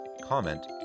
comment